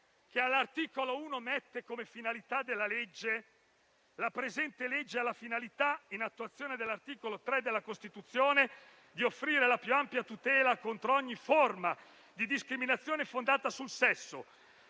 1, la sua proposta pone, come finalità della legge, quanto segue: «La presente legge ha la finalità, in attuazione dell'articolo 3 della Costituzione, di offrire la più ampia tutela contro ogni forma di discriminazione fondata sul sesso,